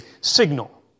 signal